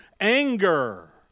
anger